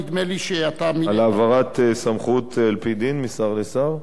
נדמה לי שהפעם, על העברת סמכות על-פי דין משר לשר?